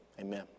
Amen